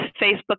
Facebook